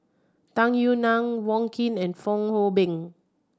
Tung Yue Nang Wong Keen and Fong Hoe Beng